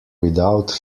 without